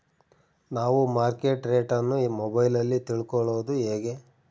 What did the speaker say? ನಾವು market rate ಅನ್ನು ಮೊಬೈಲಲ್ಲಿ ತಿಳ್ಕಳೋದು ಹೇಗೆ?